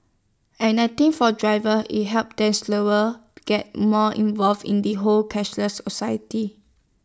and I think for drivers IT helps them slower get more involved in the whole cashless A society